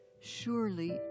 surely